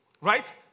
right